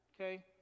okay